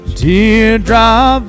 teardrop